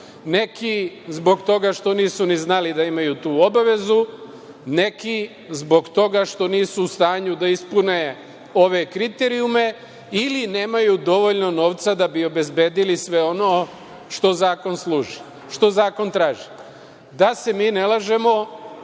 Neki zbog toga što nisu ni znali da imaju tu obavezu, neki zbog toga što nisu u stanju da ispune ove kriterijume ili nemaju dovoljno novca da bi obezbedili sve ono što zakon traži. Da se mi ne lažemo,